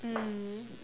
mm